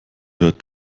hört